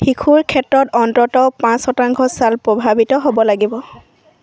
শিশুৰ ক্ষেত্ৰত অন্ততঃ পাঁচ শতাংশ ছাল প্ৰভাৱিত হ'ব লাগিব